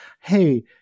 hey